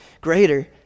greater